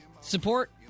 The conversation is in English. support